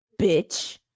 bitch